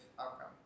outcome